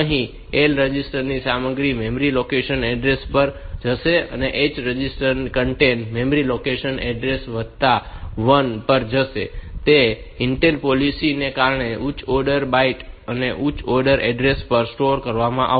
અહીં L register ની સામગ્રી મેમરી લોકેશન એડ્રેસ પર જશે અને H register content memory location address વત્તા 1 પર જશે તે ઇન્ટેલ પોલિસી ને કારણે ઉચ્ચ ઓર્ડર બાઈટ ઉચ્ચ ઓર્ડર એડ્રેસ પર સ્ટોર કરવામાં આવશે